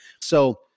So-